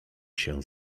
się